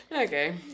Okay